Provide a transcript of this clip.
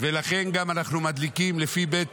ולכן גם אנחנו מדליקים לפי בית